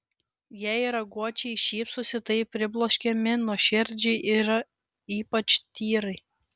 jei raguočiai šypsosi tai pribloškiamai nuoširdžiai ir ypač tyrai